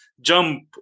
jump